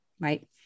Right